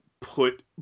put